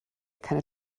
keine